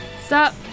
Stop